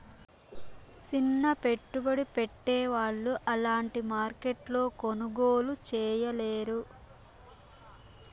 సిన్న పెట్టుబడి పెట్టే వాళ్ళు అలాంటి మార్కెట్లో కొనుగోలు చేయలేరు